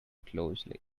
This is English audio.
closely